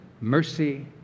mercy